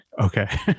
Okay